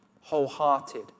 wholehearted